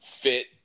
fit